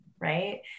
right